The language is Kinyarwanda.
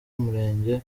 umurenge